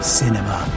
cinema